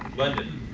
london.